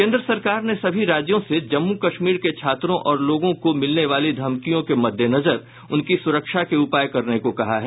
केन्द्र सरकार ने सभी राज्यों से जम्मू कश्मीर के छात्रों और लोगों को मिलने वाली धमकियों के मद्देनजर उनकी सुरक्षा के उपाय करने को कहा है